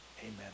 Amen